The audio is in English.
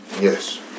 Yes